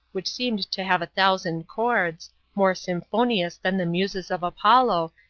which seemed to have a thousand chords more symphonious than the muses of apollo,